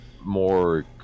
more